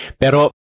pero